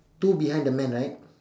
two behind the man right